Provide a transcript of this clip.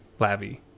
Lavi